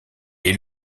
est